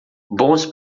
bons